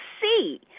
see